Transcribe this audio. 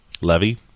Levy